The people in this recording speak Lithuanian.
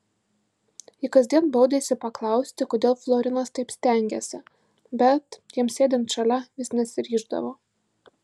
ji kasdien baudėsi paklausti kodėl florinas taip stengiasi bet jam sėdint šalia vis nesiryždavo